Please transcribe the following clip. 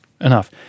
enough